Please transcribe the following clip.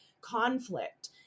conflict